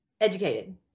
educated